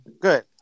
Good